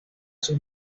sus